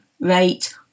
rate